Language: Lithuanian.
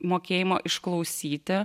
mokėjimo išklausyti